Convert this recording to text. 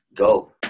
Go